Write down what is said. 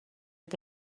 que